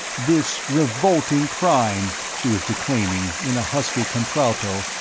this revolting crime, she was declaiming, in a husky contralto,